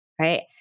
right